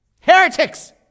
Heretics